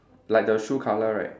like the shoe colour right